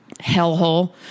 hellhole